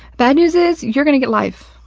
bad news is, you're gonna get life.